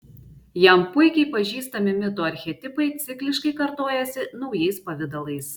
jam puikiai pažįstami mito archetipai cikliškai kartojasi naujais pavidalais